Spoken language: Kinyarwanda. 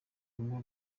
ngombwa